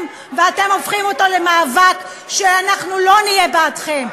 ואתם הופכים אותו למאבק שאנחנו לא נהיה בעדכם.